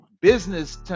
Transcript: business